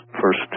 first